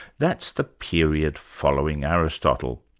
that's the period following aristotle.